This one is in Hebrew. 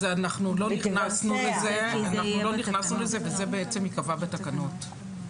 אנחנו לא נכנסנו לזה וזה בעצם ייקבע בתקנות.